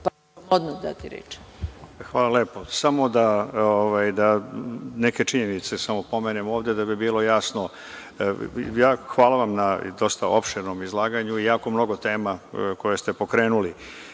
Vujović** Hvala lepo. Samo da neke činjenice samo pomenem ovde da bi bilo jasno. Hvala vam na dosta opširnom izlaganju i jako mnogo tema koje ste pokrenuli.